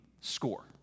score